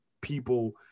people